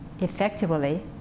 effectively